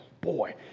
boy